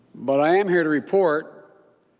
but i am here to report.